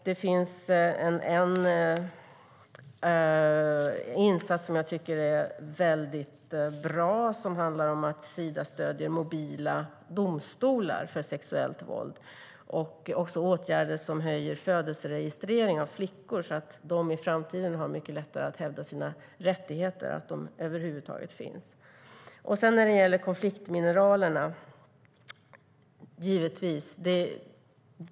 Det finns en insats som är särskilt bra, nämligen att Sida stöder mobila domstolar för sexuellt våld liksom åtgärder för att öka födelseregistreringen av flickor, så att de i framtiden har lättare att hävda sina rättigheter och visa att de över huvud taget finns. Sedan gäller det konfliktmineralerna.